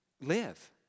live